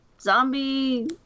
zombie